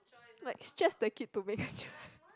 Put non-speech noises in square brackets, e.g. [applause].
like stress the kid to make a choice [breath]